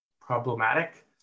problematic